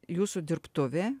jūsų dirbtuvė